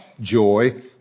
joy